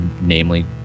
namely